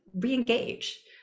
re-engage